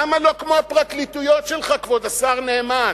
למה לא כמו הפרקליטויות שלך, כבוד השר נאמן?